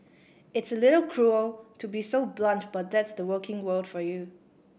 it's little cruel to be so blunt but that's the working world for you